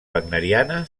wagneriana